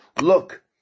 look